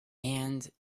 and